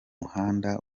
muhanda